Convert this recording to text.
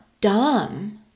dumb